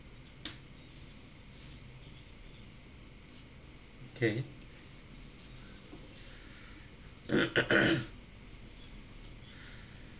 K